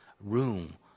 room